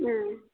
ಹೂಂ